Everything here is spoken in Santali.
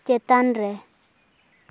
ᱪᱮᱛᱟᱱᱨᱮ